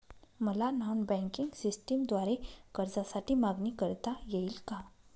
मला non banking सिस्टमद्वारे कर्जासाठी मागणी करता येईल का?